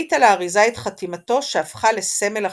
והבליט על האריזה את חתימתו, שהפכה לסמל החברה.